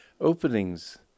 Openings